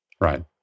Right